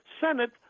Senate